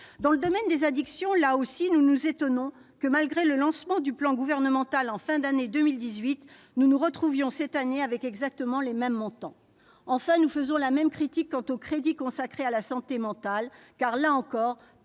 Dans le domaine des addictions, là aussi, nous nous étonnons que, malgré le lancement du plan gouvernemental en fin d'année 2018, nous retrouvions cette année exactement les mêmes montants. Enfin, nous faisons la même critique quant aux crédits consacrés à la santé mentale, car, là encore,